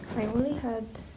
i only had